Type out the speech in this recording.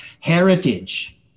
heritage